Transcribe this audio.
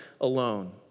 alone